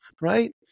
Right